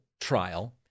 trial